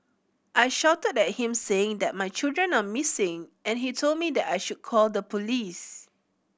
I shouted at him saying that my children are missing and he told me that I should call the police